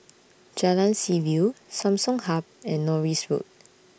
Jalan Seaview Samsung Hub and Norris Road